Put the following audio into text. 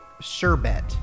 sherbet